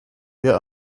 wir